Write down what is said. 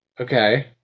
Okay